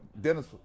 Dennis